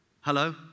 Hello